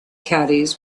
caddies